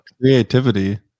Creativity